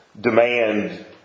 demand